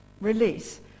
release